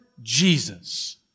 Jesus